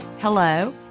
hello